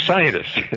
scientists?